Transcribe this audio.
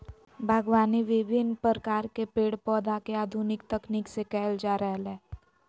बागवानी विविन्न प्रकार के पेड़ पौधा के आधुनिक तकनीक से कैल जा रहलै